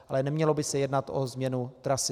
Ale nemělo by se jednat o změnu trasy.